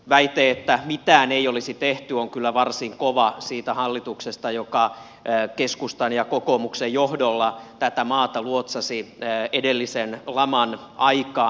väite että mitään ei olisi tehty on kyllä varsin kova siitä hallituksesta joka keskustan ja kokoomuksen johdolla tätä maata luotsasi edellisen laman aikaan